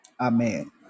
amen